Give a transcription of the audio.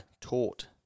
taught